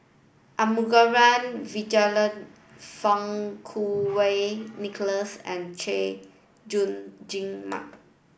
Arumugam Vijiaratnam Fang Kuo Wei Nicholas and Chay Jung Jun Mark